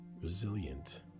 resilient